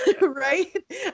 right